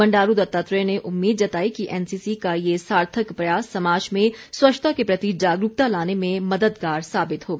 बंडारू दत्तात्रेय ने उम्मीद जताई कि एनसीसी का ये सार्थक प्रयास समाज में स्वच्छता के प्रति जागरूकता लाने में मददगार साबित होगा